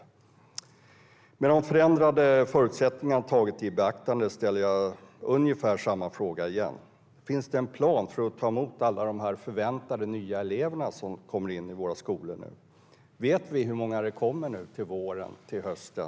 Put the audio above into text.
Med beaktande av de förändrade förutsättningarna ställer jag ungefär samma frågor igen: Finns det en plan för att ta emot alla de förväntade nya eleverna i våra skolor? Vet vi hur många som kommer till våren och hösten?